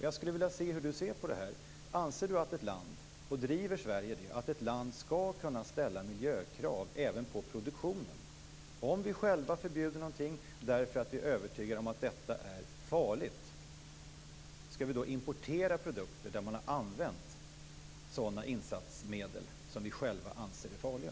Jag skulle vilja veta hur statsrådet ser på det här. Anser statsrådet - och driver Sverige det - att ett land skall kunna ställa miljökrav även på produktionen? Om vi själva förbjuder någonting därför att vi är övertygade om att detta är farligt, skall vi då importera produkter där man har använt sådana insatsmedel som vi själva anser är farliga?